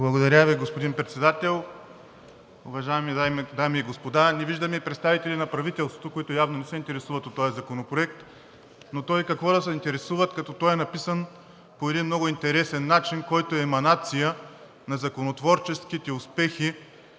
Благодаря Ви, господин Председател. Уважаеми дами и господа! Не виждам представители на правителството, които явно не се интересуват от този законопроект. Но то какво да се интересуват, като е написан по един много интересен начин, който е еманация на законотворческите успехи,